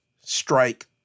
strike